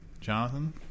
Jonathan